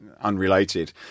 unrelated